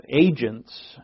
agents